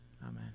Amen